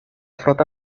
flota